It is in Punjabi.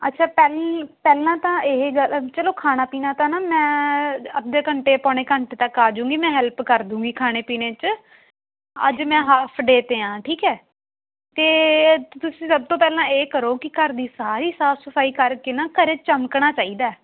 ਅੱਛਾ ਪਹਿਲ ਪਹਿਲਾਂ ਤਾਂ ਇਹ ਗੱਲ ਚਲੋ ਖਾਣਾ ਪੀਣਾ ਤਾਂ ਨਾ ਮੈਂ ਅੱਧੇ ਘੰਟੇ ਪੌਣੇ ਘੰਟੇ ਤੱਕ ਆ ਜੂੰਗੀ ਮੈਂ ਹੈਲਪ ਕਰ ਦੂੰਗੀ ਖਾਣੇ ਪੀਣੇ 'ਚ ਅੱਜ ਮੈਂ ਹਾਫ ਡੇ 'ਤੇ ਹਾਂ ਠੀਕ ਹੈ ਅਤੇ ਤੁਸੀਂ ਸਭ ਤੋਂ ਪਹਿਲਾਂ ਇਹ ਕਰੋ ਕਿ ਘਰ ਦੀ ਸਾਰੀ ਸਾਫ਼ ਸਫਾਈ ਕਰਕੇ ਨਾ ਘਰ ਚਮਕਣਾ ਚਾਹੀਦਾ